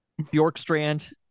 Bjorkstrand